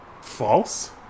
False